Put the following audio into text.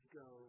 go